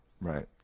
right